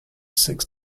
six